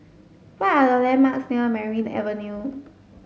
what are the landmarks near Merryn Avenue